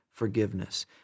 forgiveness